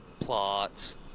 plots